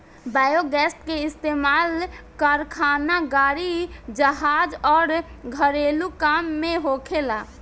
biogas के इस्तमाल कारखाना, गाड़ी, जहाज अउर घरेलु काम में होखेला